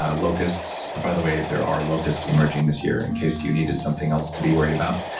ah locusts. by the way, there are locusts emerging this year, in case you needed something else to be worried about,